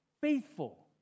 faithful